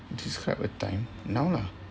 describe a time now lah